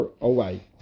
away